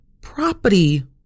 Property